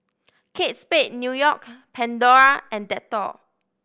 Kate Spade New York Pandora and Dettol